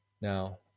Now